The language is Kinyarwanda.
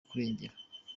kurengera